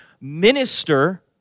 minister